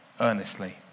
earnestly